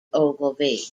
ogilvie